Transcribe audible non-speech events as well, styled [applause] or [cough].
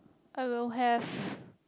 I will have [breath]